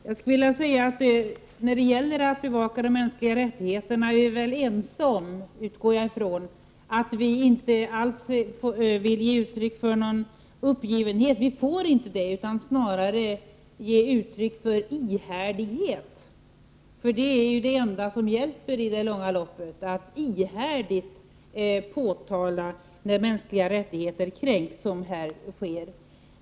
Herr talman! När det gäller att bevaka de mänskliga rättigheterna utgår jag ifrån att vi är ense om att vi inte vill ge uttryck för någon uppgivenhet. Vi får inte göra detta utan måste snarare ge uttryck för ihärdighet. Det enda som hjälper i längden är ju att ihärdigt påtala när mänskliga rättigheter kränks som här sker.